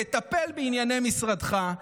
תטפל בענייני משרדך.